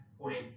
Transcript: point